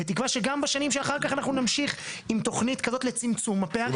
בתקווה שגם בשנים שאחר-כך אנחנו נמשיך עם תוכנית כזאת לצמצום הפערים.